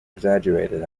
exaggerated